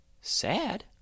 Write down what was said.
Sad